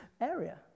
area